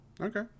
Okay